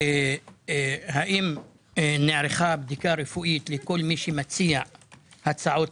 האם נערכה בדיקה רפואית לכל מי שמציע הצעות